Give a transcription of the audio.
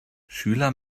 schüler